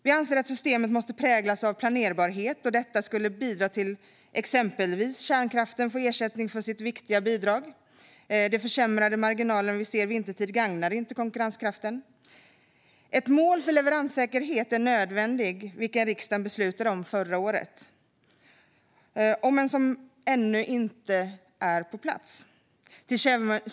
Vi anser att systemet måste präglas av planerbarhet, vilket skulle bidra till att exempelvis kärnkraften får ersättning för sitt viktiga bidrag. De försämrade marginaler vi ser vintertid gagnar inte konkurrenskraften. Ett mål för leveranssäkerheten är nödvändigt, vilket riksdagen beslutade om förra året. Ännu är det dock inte på plats.